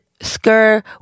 skirt